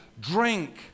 drink